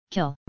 Kill